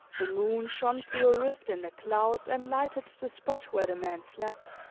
the moon shone through a rift in the clouds and lighted the spot where the man slept.